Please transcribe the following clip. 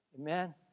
Amen